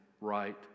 right